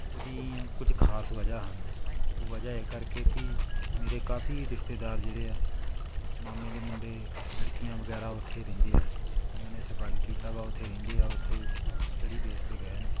ਉਹਦੀਆਂ ਕੁਝ ਖਾਸ ਵਜ੍ਹਾ ਹਨ ਉਹ ਵਜ੍ਹਾ ਇਹ ਕਰਕੇ ਵੀ ਮੇਰੇ ਕਾਫ਼ੀ ਰਿਸ਼ਤੇਦਾਰ ਜਿਹੜੇ ਆ ਮਾਮੇ ਦੇ ਮੁੰਡੇ ਲੜਕੀਆਂ ਵਗੈਰਾ ਉੱਥੇ ਰਹਿੰਦੇ ਆ ਉਹਨਾਂ ਨੇ ਸਰਵਾਈਵ ਕੀਤਾ ਵਾ ਉੱਥੇ ਰਹਿੰਦੇ ਆ ਉੱਥੇ ਸਟੱਡੀ ਬੇਸ 'ਤੇ ਗਏ ਨੇ